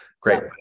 Great